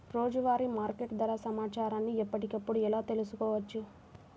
రోజువారీ మార్కెట్ ధర సమాచారాన్ని ఎప్పటికప్పుడు ఎలా తెలుసుకోవచ్చు?